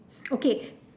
okay